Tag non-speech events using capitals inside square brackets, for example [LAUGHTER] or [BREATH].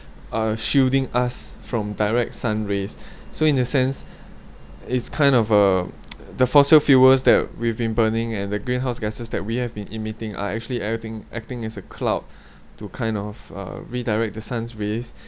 are shielding us from direct sun rays so in a sense it's kind of a [NOISE] the fossil fuels that we have been burning and the greenhouse gases that we have been emitting are actually everything acting as a cloud [BREATH] to kind of uh redirect the sun's rays